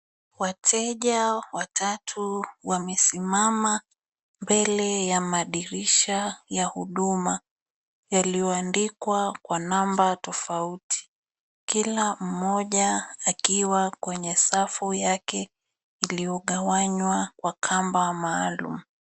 Wateja watatu wamesimama mbele ya madirisha ya huduma yaliyoandikwa kwa namba tofauti, kila mmoja akiwa kwenye safu yake iliyogawanywa kwa kamba maalum.